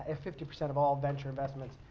ah fifty percent of all venture investments,